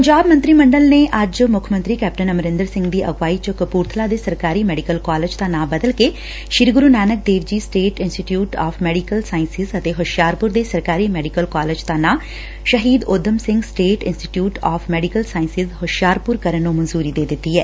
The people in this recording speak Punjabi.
ਪੰਜਾਬ ਮੰਤਰੀ ਮੰਡਲ ਨੇ ਅੱਜ ਮੁੱਖ ਮੰਤਰੀ ਕੈਪਟਨ ਅਮਰਿੰਦਰ ਸਿੰਘ ਦੀ ਅਗਵਾਈ ਚ ਕਪੁਰਬਲਾ ਦੇ ਸਰਕਾਰੀ ਮੈਡੀਕਲ ਕਾਲਜ ਦਾ ਨਾਂ ਬਦਲ ਕੇ Sri Guru Nanak Dev ji state institute of medical science ਅਤੇ ਹੁਸ਼ਿਆਰਪੁਰ ਦੇ ਸਰਕਾਰੀ ਮੈਡੀਕਲ ਕਾਲਜ ਦਾ ਨਾਂ Shaheed Udham Singh state institute of medical sciences Hoshiarpur ਕਰਨ ਨੂੰ ਮਨਜੁਰੀ ਦੇ ਦਿੱਤੀ ਐ